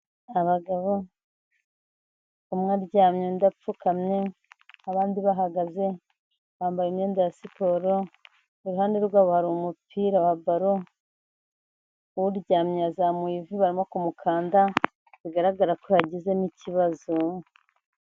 Abagabo umwe aryamye nda apfukamye abandi bahagaze bambaye imyenda ya siporo, iruhande rwabo umupira wa balon uwuryamyezamuye ivi ibamo ku mukanda bigaragara ko yagizemo ikibazo.